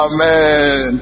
Amen